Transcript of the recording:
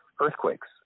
earthquakes